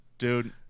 Dude